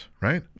right